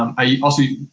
um i also,